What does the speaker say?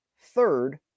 third